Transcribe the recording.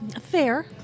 Fair